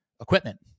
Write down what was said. equipment